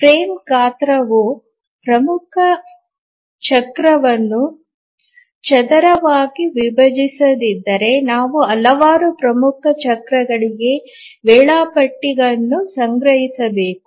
frame ಗಾತ್ರವು ಪ್ರಮುಖ ಚಕ್ರವನ್ನು ಚದರವಾಗಿ ವಿಭಜಿಸದಿದ್ದರೆ ನಾವು ಹಲವಾರು ಪ್ರಮುಖ ಚಕ್ರಗಳಿಗೆ ವೇಳಾಪಟ್ಟಿಯನ್ನು ಸಂಗ್ರಹಿಸಬೇಕು